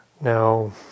Now